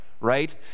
right